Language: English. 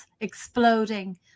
exploding